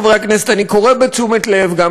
חבר הכנסת דב חנין,